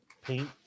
paint